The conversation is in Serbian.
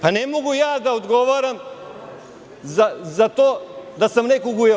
Pa, ne mogu ja da odgovaram za to da sam nekog ujeo.